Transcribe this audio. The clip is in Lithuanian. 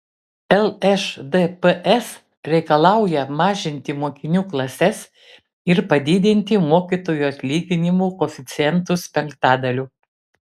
lšdps reikalauja mažinti mokinių klases ir padidinti mokytojų atlyginimų koeficientus penktadaliu